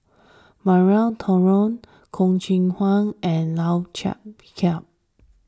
Maria Hertogh Choo Keng Kwang and Lau Chiap Khai